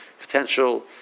potential